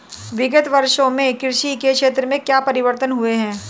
विगत वर्षों में कृषि के क्षेत्र में क्या परिवर्तन हुए हैं?